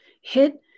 hit